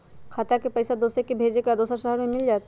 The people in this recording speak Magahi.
खाता के पईसा भेजेए के बा दुसर शहर में मिल जाए त?